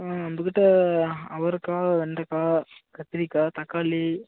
ம் நம்ம கிட்டே அவரைக்கா வெண்டைக்காய் கத்திரிக்காய் தக்காளி